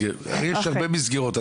יש הרבה מסגרות.